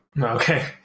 Okay